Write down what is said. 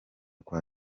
kwa